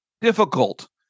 difficult